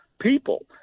people